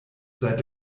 seit